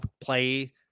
play